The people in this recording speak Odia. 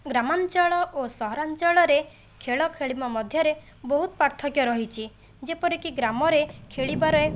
ଗ୍ରାମାଞ୍ଚଳ ଓ ସହରାଞ୍ଚଳରେ ଖେଳ ଖେଳିବା ମଧ୍ୟରେ ବହୁତ ପାର୍ଥକ୍ୟ ରହିଛି ଯେପରିକି ଗ୍ରାମରେ ଖେଳିବାରେ